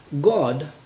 God